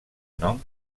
nom